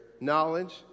knowledge